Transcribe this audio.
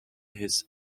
his